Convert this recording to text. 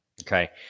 Okay